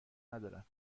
ندارم